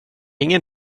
ingen